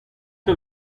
the